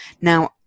Now